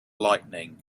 lightning